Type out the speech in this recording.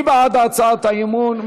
מי בעד הצעת האי-אמון?